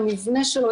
המבנה שלו,